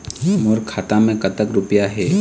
मोर खाता मैं कतक रुपया हे?